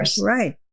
Right